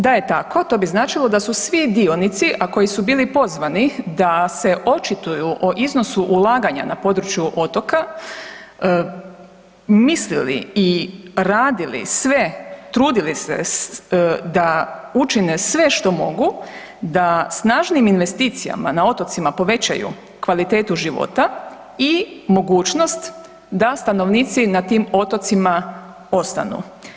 Da je tako to bi značilo da su svi dionici, a koji su bili pozvani da se očituju o iznosu ulaganja na području otoka mislili i radili sve, trudili se da učine sve što mogu da snažnim investicijama na otocima povećaju kvalitetu života i mogućnost da stanovnici na tim otocima ostanu.